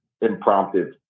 impromptu